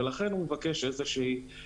ולכן הוא מבקש הקלה.